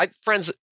Friends